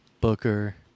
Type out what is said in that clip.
Booker